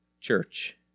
church